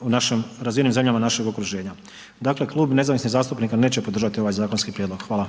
u razvijenim zemljama našeg okruženja. Dakle, Klub nezavisnih zastupnika neće podržati ovaj zakonski prijedlog. Hvala. **Reiner,